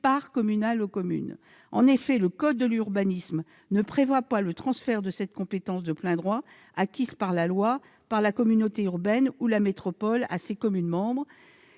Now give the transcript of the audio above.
part communale aux communes. En effet, le code de l'urbanisme ne prévoit pas le transfert de cette compétence de plein droit, acquise par la loi, par la communauté urbaine ou la métropole à ses communes membres,